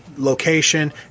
location